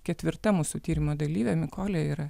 ketvirta mūsų tyrimo dalyvė mikolė yra